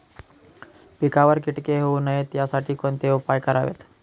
पिकावर किटके होऊ नयेत यासाठी कोणते उपाय करावेत?